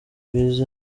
bize